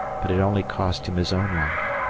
but it only cost him his own life.